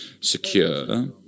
secure